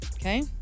Okay